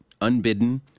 unbidden